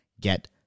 get